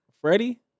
Freddie